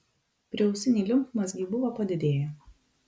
prieausiniai limfmazgiai buvo padidėję